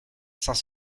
saint